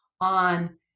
on